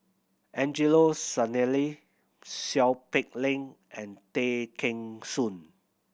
Angelo Sanelli Seow Peck Leng and Tay Kheng Soon